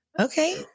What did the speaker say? Okay